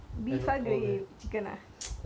ரெண்டுமே தான்:rendumae thaan lah